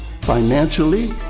financially